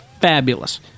fabulous